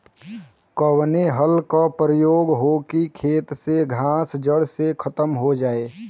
कवने हल क प्रयोग हो कि खेत से घास जड़ से खतम हो जाए?